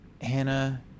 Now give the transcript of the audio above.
Hannah